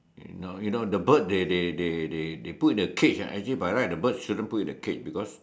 you know you know the bird they they they they they put in a cage ah actually by right the bird shouldn't put in a cage because